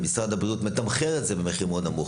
משרד הבריאות מתמחר את זה במחיר מאוד נמוך.